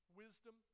wisdom